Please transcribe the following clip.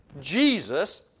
Jesus